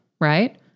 right